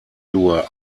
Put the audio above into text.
dur